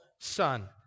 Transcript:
son